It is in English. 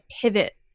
pivot